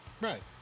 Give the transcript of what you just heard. Right